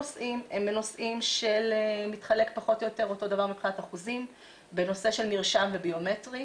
מתחלק פחות או יותר אותו דבר מבחינת אחוזים בנושא של מרשם וביומטרי.